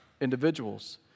individuals